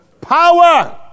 Power